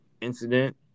incident